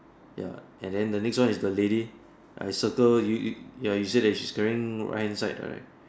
ya and then the next one is the lady I circle you you ya you see the she screen run inside right